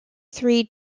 three